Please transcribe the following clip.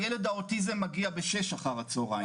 הילד עם האוטיזם מגיע בשש אחר הצהריים.